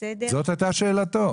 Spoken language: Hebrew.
זאת הייתה שאלתו.